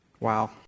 Wow